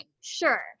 Sure